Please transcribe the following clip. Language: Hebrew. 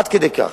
עד כדי כך.